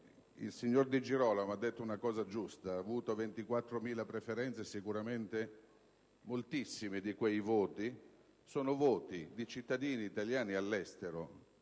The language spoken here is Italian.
il signor Di Girolamo ha detto una cosa giusta: ha avuto 24.000 preferenze e sicuramente moltissimi di quei voti sono di cittadini italiani residenti